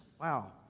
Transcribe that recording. wow